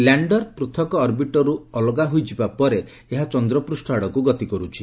lander ପୂଥକ ଅର୍ବିଟରରୁ ଅଲଗା ହୋଇଯିବା ପରେ ଏହା ଚନ୍ଦ୍ରପୂଷ୍ ଆଡ଼କୁ ଗତି କରୁଛି